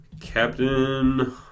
Captain